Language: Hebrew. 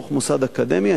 בתוך מוסד אקדמי,